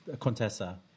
Contessa